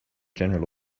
general